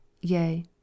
yea